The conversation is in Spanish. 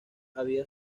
había